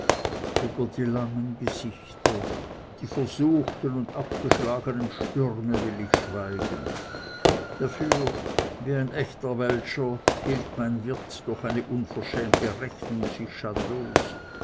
über die langen gesichter die versuchten und abgeschlagenen stürme will ich schweigen dafür wie ein ächter weltscher hielt mein wirt durch eine unverschämte rechnung sich